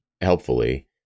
helpfully